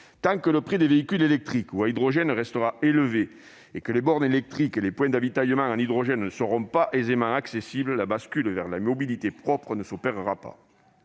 Tant que le prix des véhicules électriques ou à hydrogène restera élevé et que les bornes électriques ou les points d'avitaillement en hydrogène ne seront pas aisément accessibles, la bascule vers les mobilités propres ne s'opérera pas.